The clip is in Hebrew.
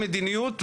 המדיניות,